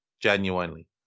genuinely